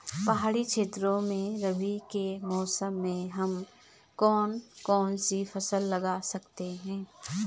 पहाड़ी क्षेत्रों में रबी के मौसम में हम कौन कौन सी फसल लगा सकते हैं?